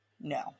No